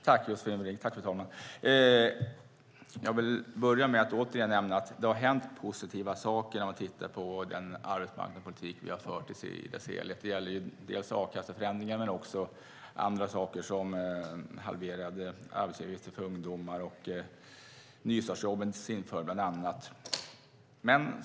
Fru talman! Tack, Josefin Brink! Jag vill börja med att återigen nämna att det har hänt positiva saker till följd av den arbetsmarknadspolitik som vi har fört. Det gäller a-kasseförändringarna men också andra saker, till exempel halverade arbetsgivaravgifter för ungdomar och nystartsjobben.